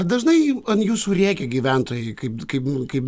ar dažnai ant jūsų rėkia gyventojai kaip kaip kaip